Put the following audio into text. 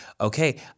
okay